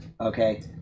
Okay